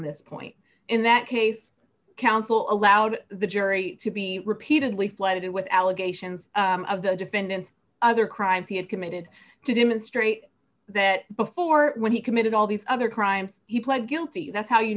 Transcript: this point in that case council allowed the jury to be repeatedly flooded with allegations of the defendant's other crimes he had committed to demonstrate that before when he committed all these other crimes he pled guilty that's how you